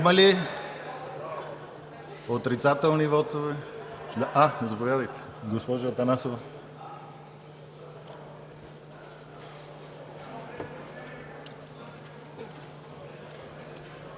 Има ли отрицателни вотове? Заповядайте, госпожо Атанасова.